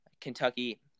Kentucky